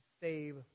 save